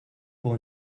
pour